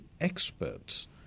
Experts